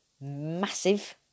massive